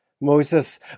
Moses